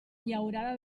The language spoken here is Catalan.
llaurada